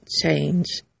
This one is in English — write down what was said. change